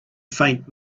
faint